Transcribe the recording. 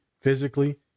physically